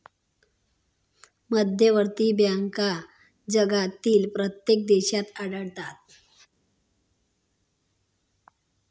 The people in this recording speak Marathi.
मध्यवर्ती बँका जगभरातील प्रत्येक देशात आढळतात